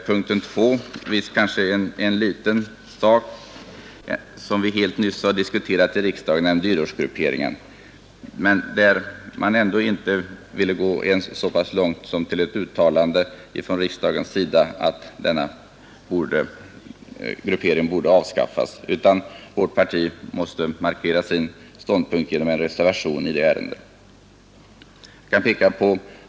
Dyrortsgrupperingen, som vi nyligen diskuterat här i riksdagen, är kanske en liten sak, men man ville ändå inte gå så långt som till ett uttalande från riksdagen att dyrortsgrupperingen borde avskaffas. Vårt parti blev tvunget att markera sitt ståndpunktstagande i detta ärende genom en reservation.